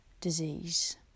disease